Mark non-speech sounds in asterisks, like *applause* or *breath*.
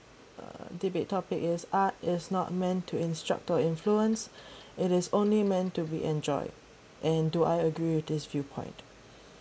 uh debate topic is art is not meant to instruct or influence *breath* it is only meant to be enjoyed and do I agree with this viewpoint